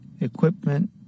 equipment